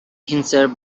himself